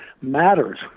matters